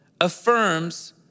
affirms